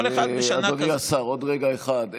כל אחד בשנה כזאת, אדוני השר, עוד רגע אחד.